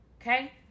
Okay